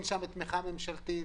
אין שם תמיכה ממשלתית,